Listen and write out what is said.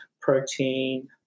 protein